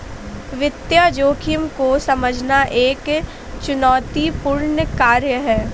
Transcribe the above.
वित्तीय जोखिम को समझना एक चुनौतीपूर्ण कार्य है